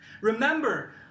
Remember